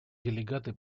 делегаты